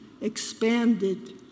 expanded